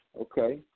Okay